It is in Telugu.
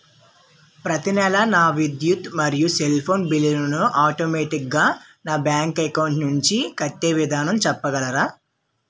ప్రతి నెల నా విద్యుత్ మరియు సెల్ ఫోన్ బిల్లు ను ఆటోమేటిక్ గా నా బ్యాంక్ అకౌంట్ నుంచి కట్టే విధానం చెప్పగలరా?